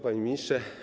Panie Ministrze!